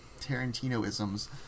Tarantino-isms